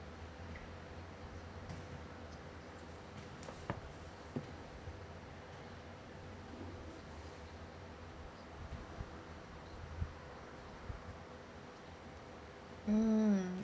mm